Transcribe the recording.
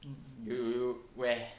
you you where